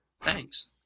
thanks